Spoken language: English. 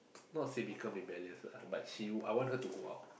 not say become rebellious lah but she I want her to go out